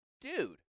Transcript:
dude